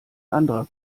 anderer